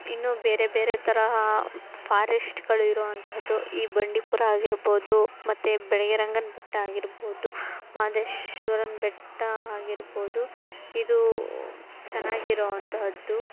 ಇನ್ನೂ ಬೇರೆ ಬೇರೆ ತರಹ ಫಾರೆಶ್ಟ್ಗಳು ಇರುವಂತಹದ್ದು ಈ ಬಂಡೀಪುರ ಆಗಿರ್ಬೋದು ಮತ್ತು ಬಿಳಿಗಿರಿರಂಗನ ಬೆಟ್ಟ ಆಗಿರ್ಬೋದು ಮಾದೇಶ್ವರನ ಬೆಟ್ಟ ಆಗಿರ್ಬೋದು ಇದು ಚೆನ್ನಾಗಿರುವಂತಹದ್ದು